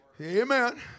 Amen